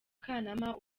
kanama